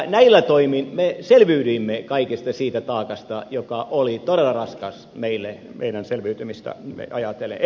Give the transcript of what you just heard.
näillä toimin me selviydyimme kaikesta siitä taakasta joka oli todella raskas meille meidän selviytymistämme ajatellen